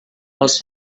els